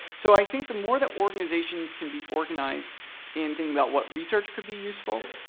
so i think the more that organizations can be organized in thinking about what research could be useful,